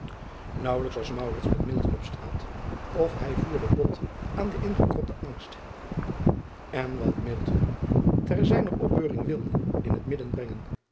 aauwelijks was met op straat of hij vierde bot aan den ingekropten angst n wat ter zijner opbeuring wilde in het midden brengen